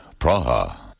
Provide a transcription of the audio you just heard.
Praha